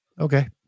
okay